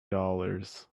dollars